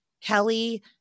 Kelly